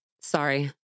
Sorry